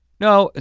no, ah